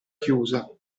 chiusa